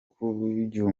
k’uyu